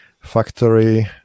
factory